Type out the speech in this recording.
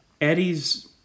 Eddie's